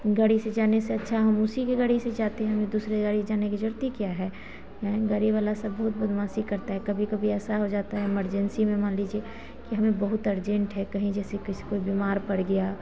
गाड़ी से जाने से अच्छा हम उसी के गाड़ी से जाते हमें दूसरे गाड़ी से जाने की जरूरत क्या है हैं गाड़ी वाला सब बहुत बदमाशी करता है कभी कभी ऐसा हो जाता है मर्जेंसी में मान लीजिए कि हमें बहुत अर्जन्ट है कहीं जैसे किसी कोई बीमार पड़ गया